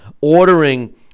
ordering